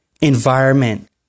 environment